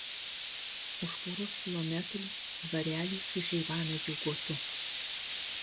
už poros kilometrų dvarelis su šeivamedžių guotu